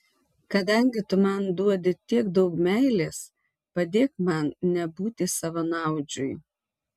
kadangi tu man duodi tiek daug meilės padėk man nebūti savanaudžiui